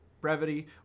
brevity